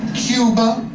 cuba?